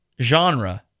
genre